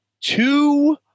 two